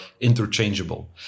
interchangeable